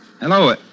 Hello